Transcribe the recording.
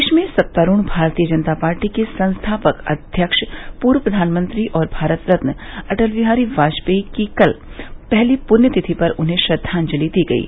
देश में सत्तारूढ़ भारतीय जनता पार्टी के संस्थापक अध्यक्ष पूर्व प्रधानमंत्री और भारत रत्न अटल बिहारी वाजपेई की कल पहली पुण्य पर उन्हें श्रद्वाजलि दी गयी